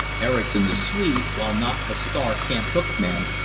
erickson, the swede, while not a star cant-hook man,